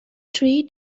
three